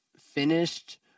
finished